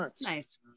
nice